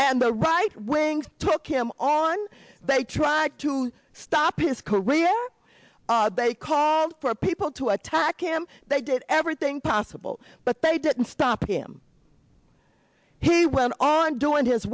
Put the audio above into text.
and the right wing took him on they tried to stop his career they called for people to attack him they did everything possible but they didn't stop him he went on doing his